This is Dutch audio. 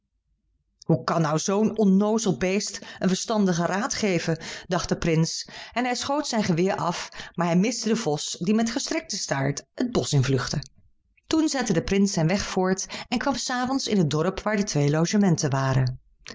hoe kan nu zoo'n onnoozel beest een verstandigen raad geven dacht de prins en hij schoot zijn geweer af maar hij miste den vos die met gestrekten staart het bosch in vluchtte toen zette de prins zijn weg voort en kwam s avonds in het dorp waar de twee logementen waren